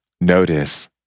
Notice